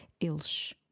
Eles